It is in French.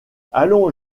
allons